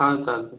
हां चालतं आहे